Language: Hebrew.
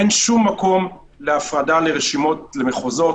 אין שום מקום להפרדה לרשימות למחוזות.